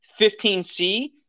15C